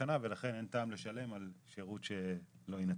שנה ולכן אין טעם לשלם על שירות שלא יינתן.